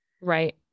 Right